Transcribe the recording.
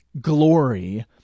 glory